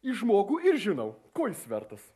į žmogų ir žinau ko jis vertas